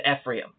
Ephraim